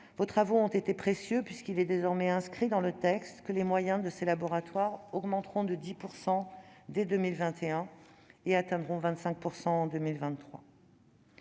vos travaux ont été précieux puisqu'il est désormais inscrit dans le texte que les moyens des laboratoires augmenteront de 10 % dès 2021, avant d'atteindre 25 % en 2023.